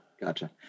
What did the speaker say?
Gotcha